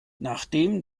nachdem